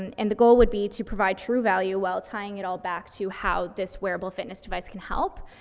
and and the goal would be to provide true value, while tying it all back to how this wearable fitness device can help,